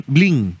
Bling